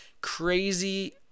crazy